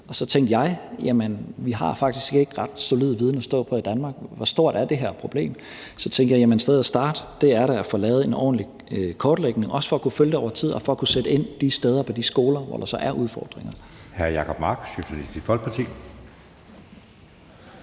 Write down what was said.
Og så tænkte jeg: Jamen vi har faktisk ikke ret solid viden at stå på i Danmark. Hvor stort er det her problem? Så tænkte jeg: Et sted at starte er da at få lavet en ordentlig kortlægning, også for at kunne følge det over tid og for at kunne sætte ind de steder på de skoler, hvor der så er udfordringer. Kl. 14:23 Anden næstformand